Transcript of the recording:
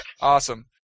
Awesome